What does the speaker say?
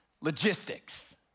logistics